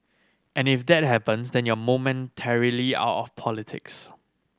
and if that happens then you're momentarily out of politics